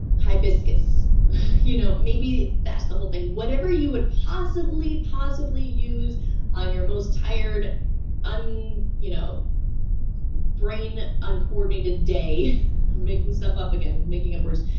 hibiscus you know maybe that's the whole thing whatever you would possibly possibly use on your most tired and you know brain uncoordinated day making stuff up again making up words